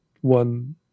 one